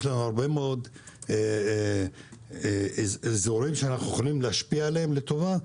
יש לנו הרבה מאוד איזורים שאנחנו יכולים להשפיע עליהם לטובה,